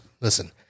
listen